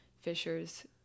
Fisher's